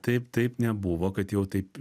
taip taip nebuvo kad jau taip